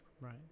right